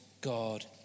God